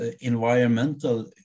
environmental